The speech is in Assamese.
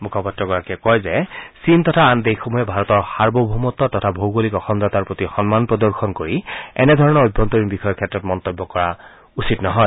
মুখপাত্ৰগৰাকীয়ে কয় যে চীন তথা আন দেশসমূহে ভাৰতৰ সাৰ্বভৌমত্ব তথা ভৌগোলিক অখণ্ডতাৰ প্ৰতি সন্মান প্ৰদৰ্শন কৰি এনেধৰণৰ অভ্যন্তৰীণ বিষয়ৰ ক্ষেত্ৰত মন্তব্য কৰা উচিত নহয়